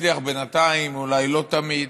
מצליח בינתיים, אולי לא תמיד,